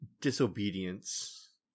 disobedience